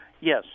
Yes